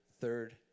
third